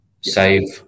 save